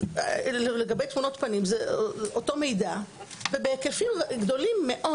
לגבי תמונות פנים אותו מידע ובהיקפים גדולים מאוד?